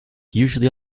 usually